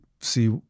see